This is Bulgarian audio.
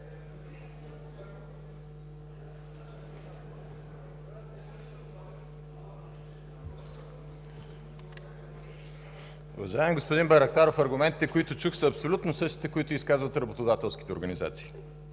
Уважаеми господин Байрактаров, аргументите, които чух, са абсолютно същите, които изказват работодателските организации.